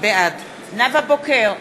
נאוה בוקר,